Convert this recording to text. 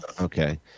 Okay